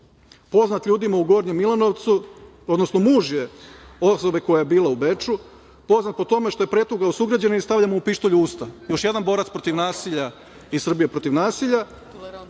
poznat ljudima u Gornjem Milanovcu, odnosno muž je osobe koja je bila u Beču, poznat po tome što je pretukao sugrađanina i stavio mu pištolj u usta. Još jedan borac protiv nasilja iz Srbije protiv nasilja.